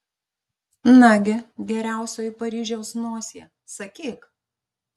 nagi geriausioji paryžiaus nosie sakyk